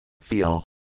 Feel